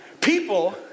People